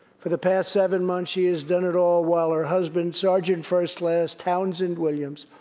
for the past seven months, she has done it all while her husband, sergeant first class townsend williams,